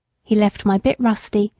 he left my bit rusty,